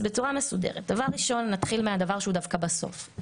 נתחיל מהדבר שהוא דווקא בסוף.